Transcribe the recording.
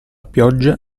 pioggia